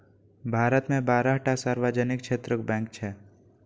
भारत मे बारह टा सार्वजनिक क्षेत्रक बैंक छै